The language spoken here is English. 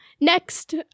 Next